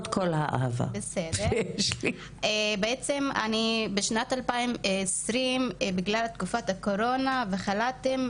בעצם בשנת 2020 בגלל תקופת הקורונה אני בחל"תים,